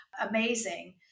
amazing